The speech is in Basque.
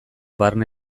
barne